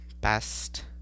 best